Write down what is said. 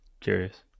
curious